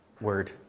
Word